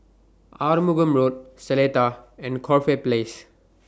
Arumugam Road Seletar and Corfe Place